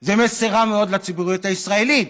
זה מסר רע מאוד לציבוריות הישראלית.